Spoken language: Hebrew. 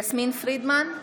יסמין פרידמן,